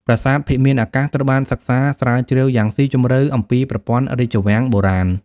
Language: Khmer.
ប្រាសាទភិមានអាកាសត្រូវបានសិក្សាស្រាវជ្រាវយ៉ាងស៊ីជម្រៅអំពីប្រព័ន្ធរាជវាំងបុរាណ។